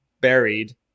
buried